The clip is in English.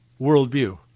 worldview